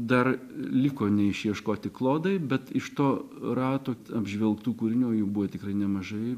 dar liko neišieškoti klodai bet iš to rato apžvelgtų kūrinių jų buvo tikrai nemažai